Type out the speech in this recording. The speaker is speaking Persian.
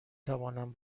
توانم